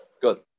Good